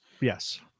Yes